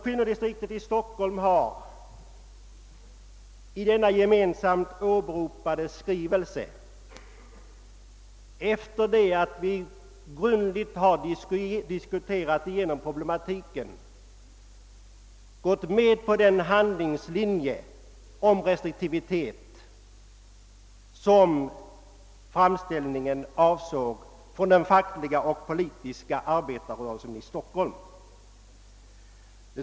Kvinnodistriktet i Stockholm har i denna gemensamt åberopade skrivelse, efter det att vi grundligt har diskuterat problematiken, gått med på den handlingslinje om restriktivitet som framställningen från den fackliga och politiska arbetarrörelsen i Stockholm avsåg.